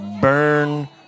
burn